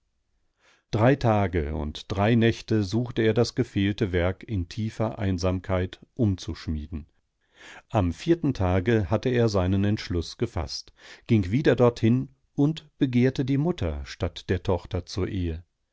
drei tage und drei nächte suchte er das gefehlte werk in tiefer einsamkeit umzuschmieden am vierten tage hatte er seinen entschluß gefaßt ging wieder dorthin und begehrte die mutter statt der tochter zur ehe